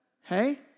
Hey